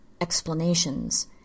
explanations